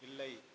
இல்லை